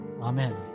Amen